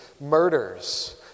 murders